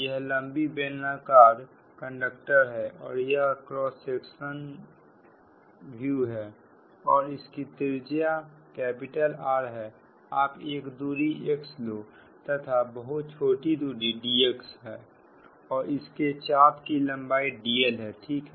यह लंबी बेलनाकार कंडक्टर है और यह क्रॉस सेक्शन व्यू है और इसकी त्रिज्या R है आप एक दूरी x लो तथा बहुत छोटी दूरी dx है और इसके चाप की लंबाई dl है ठीक है